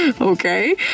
Okay